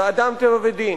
"אדם טבע ודין",